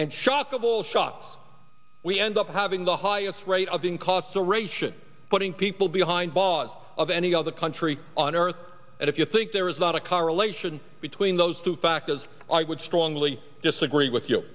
and shock of all shocks we end up having the highest rate of being cost aeration putting people behind bars of any other country on earth and if you think there is not a correlation between the two factors i would strongly disagree with you